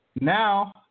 now